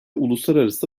uluslararası